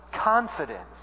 confidence